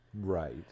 Right